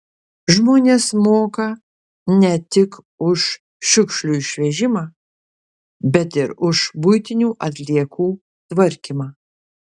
žmonės moka ne tik už šiukšlių išvežimą bet ir už buitinių atliekų tvarkymą